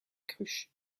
cruche